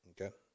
Okay